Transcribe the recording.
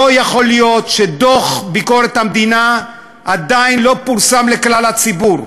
לא יכול להיות שדוח ביקורת המדינה עדיין לא פורסם לכלל הציבור.